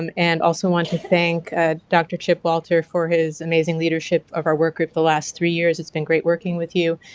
um and i also wanted to thank ah dr. chip walter for his amazing leadership of our workgroup the last three years, it's been great working with you,